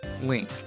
Link